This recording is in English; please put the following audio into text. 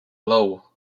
law